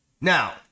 Now